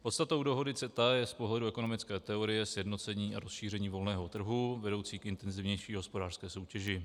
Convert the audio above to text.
Podstatou dohody CETA je z pohledu ekonomické teorie sjednocení a rozšíření volného trhu vedoucí k intenzivnější hospodářské soutěži.